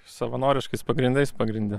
savanoriškais pagrindais pagrinde